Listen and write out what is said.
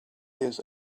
his